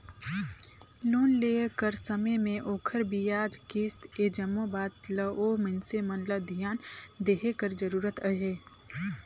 loan लेय कर समे में ओखर बियाज, किस्त ए जम्मो बात ल ओ मइनसे मन ल धियान देहे कर जरूरत अहे